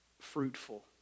fruitful